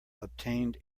obtained